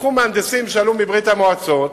לקחו מהנדסים שעלו מברית-המועצות,